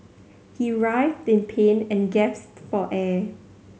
he writhed in pain and for air